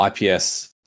IPS